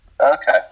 Okay